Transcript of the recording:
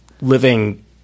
living